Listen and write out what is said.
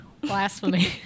Blasphemy